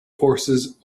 forces